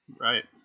Right